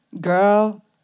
Girl